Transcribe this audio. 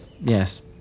yes